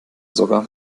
sogar